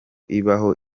ibaho